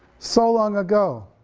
so long ago?